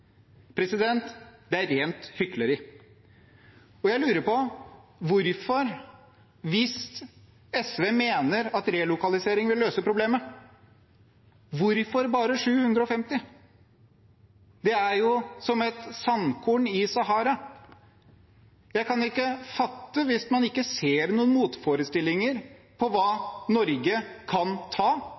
Det er rent hykleri. Hvis SV mener at relokalisering vil løse problemet: Hvorfor bare 750? Det er jo som et sandkorn i Sahara. Hvis man ikke ser noen motforestillinger mot hva Norge kan ta imot, hvis man ikke ser noen motforestillinger